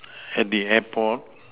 at the airport